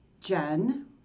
Jen